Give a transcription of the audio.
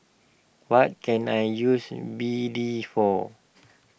what can I use B D for